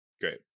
great